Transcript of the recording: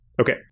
Okay